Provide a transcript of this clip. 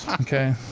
okay